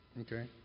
Okay